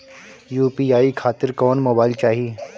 UPI खातिर कौन mobile चाहीं?